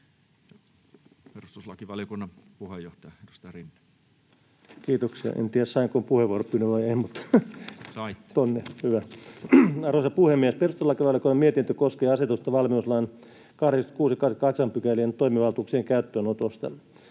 Perustuslakivaliokunnan puheenjohtaja, edustaja Rinne. Kiitoksia! En tiedä, sainko puheenvuoron vai en, mutta… Hyvä. — Arvoisa puhemies! Perustuslakivaliokunnan mietintö koskee asetusta valmiuslain 86 ja 88 §:ien toimivaltuuksien käyttöönotosta.